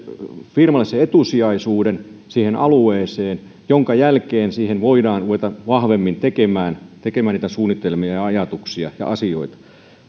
firmalle etusijaisuuden siihen alueeseen minkä jälkeen siihen voidaan ruveta vahvemmin tekemään suunnitelmia ja ajatuksia ja asioita